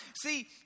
See